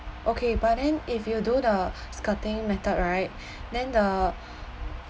okay but then if you do the skirting method right then the